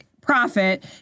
profit